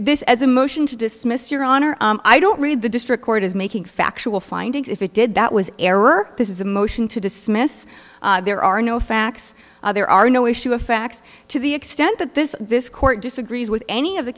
this as a motion to dismiss your honor i don't read the district court is making factual findings if it did that was error this is a motion to dismiss there are no facts there are no issue of facts to the extent that this this court disagrees with any of the